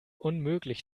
unmöglich